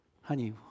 Honey